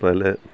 پہلے